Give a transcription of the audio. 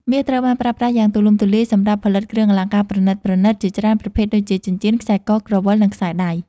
មាសត្រូវបានប្រើប្រាស់យ៉ាងទូលំទូលាយសម្រាប់ផលិតគ្រឿងអលង្ការប្រណិតៗជាច្រើនប្រភេទដូចជា ចិញ្ចៀន ខ្សែក ក្រវិល និងខ្សែដៃ។